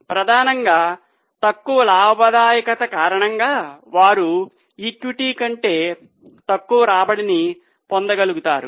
ప్రధానంగా తక్కువ లాభదాయకత కారణంగా వారు ఈక్విటీ కంటే తక్కువ రాబడిని పొందగలుగుతారు